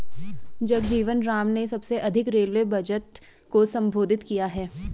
जगजीवन राम ने सबसे अधिक रेलवे बजट को संबोधित किया है